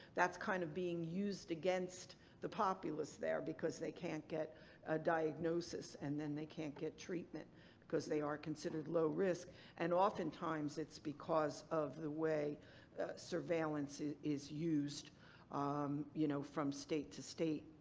that's kind of being used against the populace there, because they can't get a diagnosis and then they can't get treatment because they are considered low risk and often times it's because of the way surveillance is is used um you know from state to state.